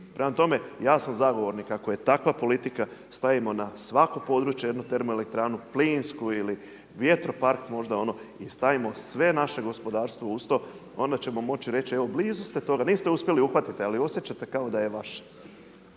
Prema tome, ja sam zagovornik ako je takva politika, stavimo na svako područje jednu termoelektranu, plinsku ili vjetropark možda i stavimo svo naše gospodarstvo uz to, onda ćemo moći reći evo blizu ste toga, niste uspjeli uhvatiti ali osjećate kao da je vaše.